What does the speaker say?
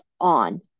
on